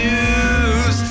News